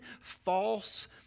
false